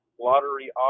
lottery